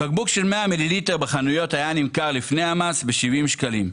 בקבוק של 100 מיליליטר בחנויות היה נמכר לפני המס ב-70 שקלים.